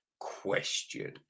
question